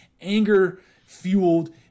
anger-fueled